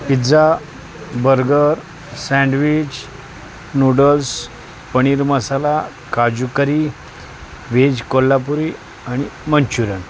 pizza burger sandwich noodles paneer masala काजू curry veg Kolhapuri आणि Manchurian